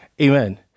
Amen